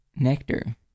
Nectar